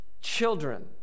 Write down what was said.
children